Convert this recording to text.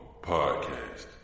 Podcast